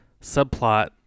subplot